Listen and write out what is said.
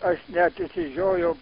aš net išsižiojau